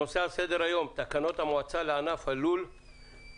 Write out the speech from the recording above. הנושא על סדר היום: תקנות המועצה לענף הלול (כללים